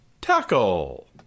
Tackle